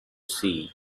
sea